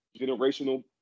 generational